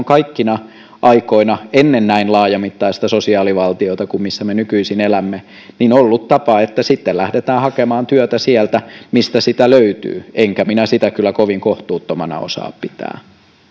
kaikkina aikoina ennen näin laajamittaista sosiaalivaltiota kuin missä me nykyisin elämme on ollut tapa että sitten lähdetään hakemaan työtä sieltä mistä sitä löytyy enkä minä sitä kyllä kovin kohtuuttomana osaa pitää